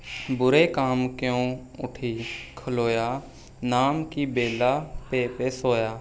ਬੁਰੇ ਕਾਮ ਕਉ ਊਠਿ ਖਲੋਇਆ ਨਾਮ ਕੀ ਬੇਲਾ ਪੇ ਪੇ ਸੋਇਆ